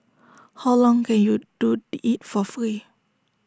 how long can you do the IT for free